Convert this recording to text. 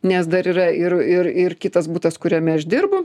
nes dar yra ir ir ir kitas butas kuriame aš dirbu